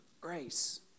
grace